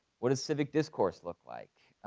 what does civic discourse looks like?